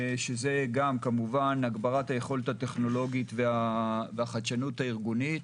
שזה גם כמובן הגברת היכולת הטכנולוגית והחדשנות הארגונית.